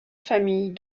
famille